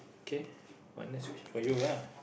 okay my next question for you ah